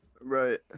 right